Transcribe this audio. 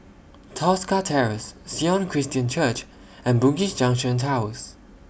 Tosca Terrace Sion Christian Church and Bugis Junction Towers